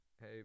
Hey